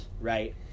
right